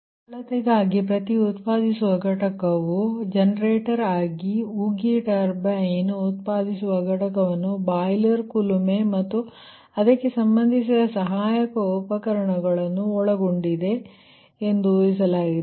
ಸರಳತೆಗಾಗಿ ಪ್ರತಿ ಉತ್ಪಾದಿಸುವ ಘಟಕವು ಜನರೇಟರ್ ಉಗಿ ಟರ್ಬೈನ್ ಉತ್ಪಾದಿಸುವ ಘಟಕವನ್ನು ಬಾಯ್ಲರ್ ಕುಲುಮೆ ಮತ್ತು ಅದಕ್ಕೆ ಸಂಬಂಧಿಸಿದ ಸಹಾಯಕ ಉಪಕರಣಗಳು ಒಳಗೊಂಡಿರುತ್ತದೆ ಎಂದು ಊಹಿಸಲಾಗಿದೆ